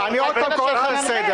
--- אני עוד פעם קורא לך לסדר.